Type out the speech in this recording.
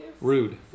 rude